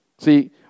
See